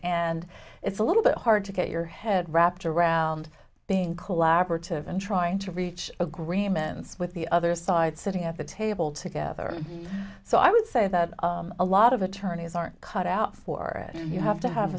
and it's a little bit hard to get your head wrapped around being colab or to and trying to reach agreements with the other side sitting at the table together so i would say that a lot of attorneys aren't cut out for it you have to have